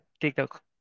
TikTok